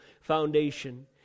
foundation